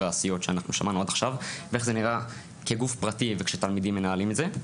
העשיות ששמענו עד עכשיו ואיך זה נראה כגוף פרטי ושתלמידים מנהלים את זה.